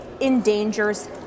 endangers